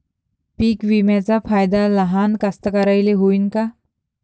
पीक विम्याचा फायदा लहान कास्तकाराइले होईन का?